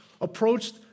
approached